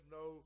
no